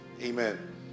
Amen